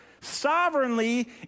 sovereignly